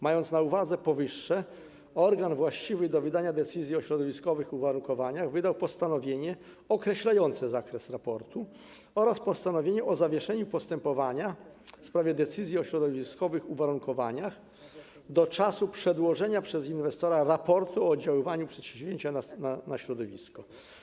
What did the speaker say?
Mając na uwadze powyższe, organ właściwy do wydania decyzji o środowiskowych uwarunkowaniach wydał postanowienie określające zakres raportu oraz postanowienie o zawieszeniu postępowania w sprawie decyzji o środowiskowych uwarunkowaniach do czasu przedłożenia przez inwestora raportu o oddziaływaniu przedsięwzięcia na środowisko.